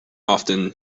often